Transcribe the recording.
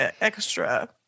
Extra